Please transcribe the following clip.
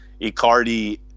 Icardi